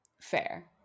Fair